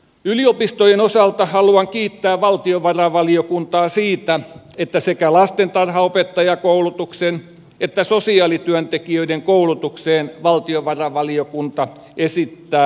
yliopistojen osalta haluan kiittää valtiovarainvaliokuntaa siitä että sekä lastentarhanopettajakoulutukseen että sosiaalityöntekijöiden koulutukseen valtiovarainvaliokunta esittää lisäresursseja